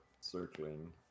circling